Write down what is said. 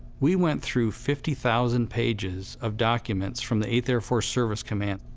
we went through fifty thousand pages of documents from the eighth air force service command.